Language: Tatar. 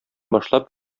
башлап